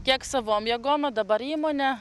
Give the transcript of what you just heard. tiek savom jėgom o dabar įmonė